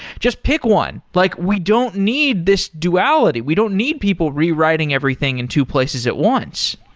just pick one. like we don't need this duality. we don't need people rewriting everything in two places at once.